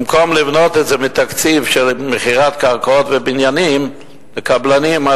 במקום לבנות את זה מתקציב של מכירת קרקעות ובניינים לקבלנים,